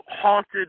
haunted